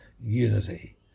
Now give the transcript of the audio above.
unity